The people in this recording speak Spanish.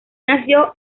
nació